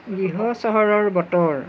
গৃহ চহৰৰ বতৰ